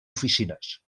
oficines